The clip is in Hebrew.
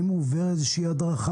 אם הוא עובר איזושהי הדרכה?